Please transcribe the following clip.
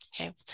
Okay